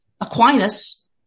Aquinas